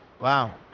Wow